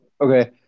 Okay